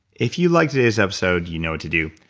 if you liked today's episode, you know what to do.